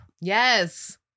yes